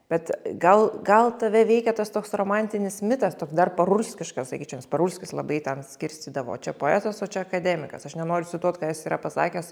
bet gal gal tave veikia tas toks romantinis mitas toks dar parulskiškas sakyčiau nes parulskis labai ten skirstydavo čia poetas o čia akademikas aš nenoriu cituot ką jis yra pasakęs